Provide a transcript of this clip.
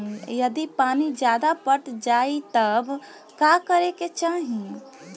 यदि पानी ज्यादा पट जायी तब का करे के चाही?